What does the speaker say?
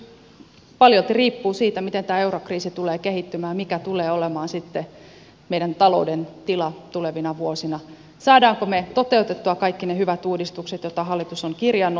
nyt paljolti riippuu siitä miten tämä eurokriisi tulee kehittymään mikä tulee olemaan sitten meidän talouden tila tulevina vuosina saammeko me toteutettua kaikki ne hyvät uudistukset joita hallitus on kirjannut